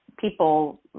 people